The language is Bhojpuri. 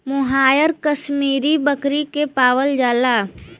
मोहायर कशमीरी बकरी से पावल जाला